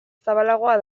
zabalagoa